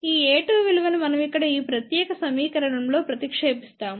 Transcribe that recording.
ఈ a2 విలువను మనం ఇక్కడ ప్రత్యేక సమీకరణం లో ప్రతిక్షేపిస్తాము